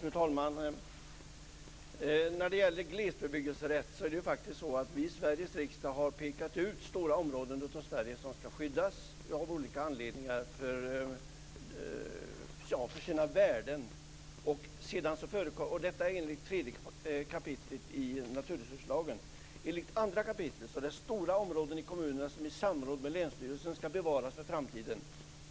Fru talman! När det gäller glesbebyggelserätt är det ju faktiskt så att vi i Sveriges riksdag har pekat ut stora områden av Sverige som av olika anledningar skall skyddas på grund av sina värden. Detta är i enlighet med 3 kap. naturresurslagen. Enligt 2 kap. handlar det om stora områden i kommunerna som i samråd med länsstyrelsen skall bevaras för framtiden.